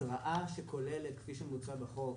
התראה שכוללת כפי שמוצע בחוק